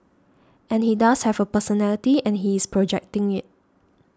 and he does have a personality and he is projecting it